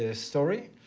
ah story.